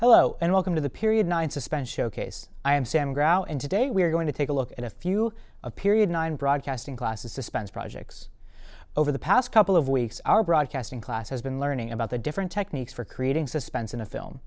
hello and welcome to the period nine suspend showcase i am sam graue and today we're going to take a look at a few of period nine broadcasting classes suspense projects over the past couple of weeks our broadcasting class has been learning about the different techniques for creating suspense in a film